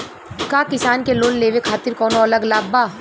का किसान के लोन लेवे खातिर कौनो अलग लाभ बा?